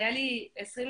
היה לי 20,